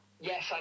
Yes